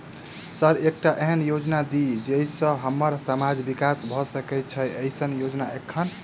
Sir एकटा एहन योजना दिय जै सऽ हम्मर समाज मे विकास भऽ सकै छैय एईसन योजना एखन?